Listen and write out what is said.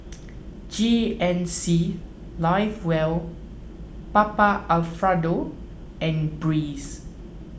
G N C Live Well Papa Alfredo and Breeze